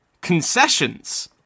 Concessions